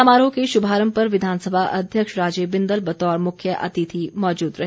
समारोह के शुभारम्भ पर विधानसभा अध्यक्ष राजीव बिंदल बतौर मुख्य अतिथि मौजूद रहे